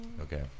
Okay